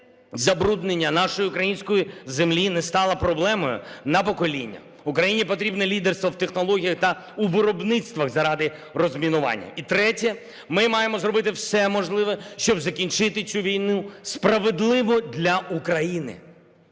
забруднення нашої української землі не стало проблемою на покоління. Україні потрібне лідерство в технологіях та у виробництвах заради розмінування. І третє. Ми маємо зробити все можливе, щоб закінчити цю війну справедливо для України.